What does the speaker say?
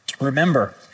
Remember